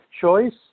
choice